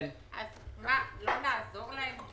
לא נעזור להם?